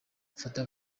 fata